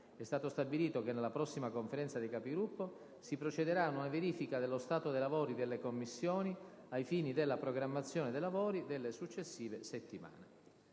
è stato stabilito che nella prossima Conferenza dei Capigruppo si procederà a una verifica dello stato dei lavori delle Commissioni ai fini della programmazione dei lavori delle successive settimane.